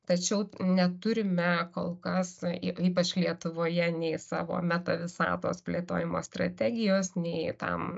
tačiau neturime kol kas y ypač lietuvoje nei savo meta visatos plėtojimo strategijos nei tam